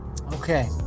okay